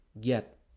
get